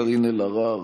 קארין אלהרר,